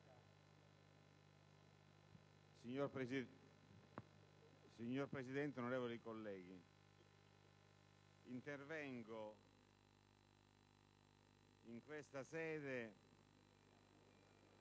Signor Presidente, onorevoli colleghi, intervengo in questa sede